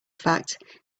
fact